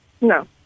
No